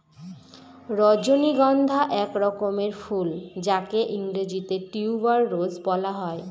রজনীগন্ধা এক রকমের ফুল যাকে ইংরেজিতে টিউবার রোজ বলা হয়